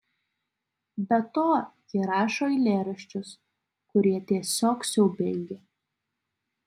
be to ji rašo eilėraščius kurie tiesiog siaubingi